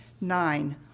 nine